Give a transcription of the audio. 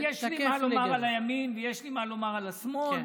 יש לי מה לומר על הימין ויש לי מה לומר על השמאל,